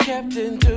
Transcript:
Captain